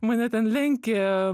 mane ten lenkė